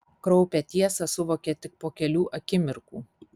kraupią tiesą suvokė tik po kelių akimirkų